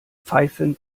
pfeifend